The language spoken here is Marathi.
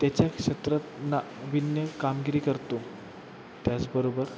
त्याच्या क्षेत्रात नाविन्य कामगिरी करतो त्याचबरोबर